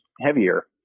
heavier